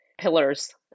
pillars